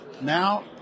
Now